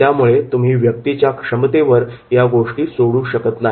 त्यामुळे तुम्ही व्यक्तीच्या क्षमतेवर या गोष्टी सोडू शकत नाही